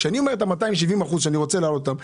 כשאני אומר את ה-270 שאני רוצה להעלות אותם,